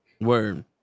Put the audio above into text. Word